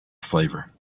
flavor